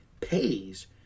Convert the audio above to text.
pays